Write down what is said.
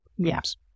Yes